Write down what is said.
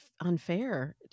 unfair